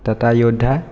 Tata য়'দ্ধা